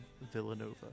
Villanova